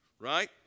right